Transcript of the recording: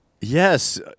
Yes